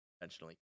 intentionally